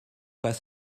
pas